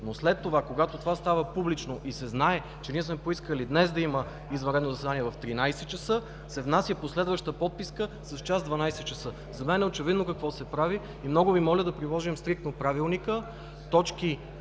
след това, когато това става публично и се знае, че ние сме поискали днес да има извънредно заседание в 13,00 ч., се внася последваща подписка с час 12,00 ч. За мен е очевидно какво се прави и много Ви моля да приложим стриктно Правилника: по